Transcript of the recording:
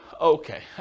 Okay